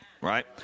right